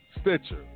Stitcher